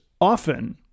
often